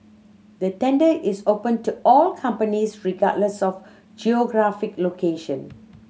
the tender is open to all companies regardless of geographic location